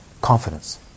confidence